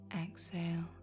exhale